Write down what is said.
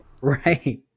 right